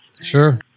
sure